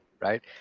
Right